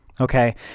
okay